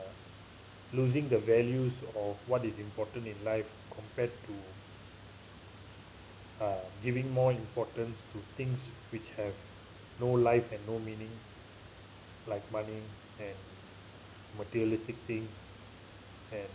losing the values of what is important in life compared to uh giving more importance to things which have no life and no meaning like money and materialistic thing and